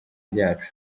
ryacu